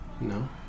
No